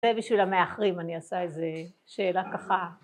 זה בשביל המאחרים אני עושה איזה שאלה ככה